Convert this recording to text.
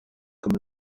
comme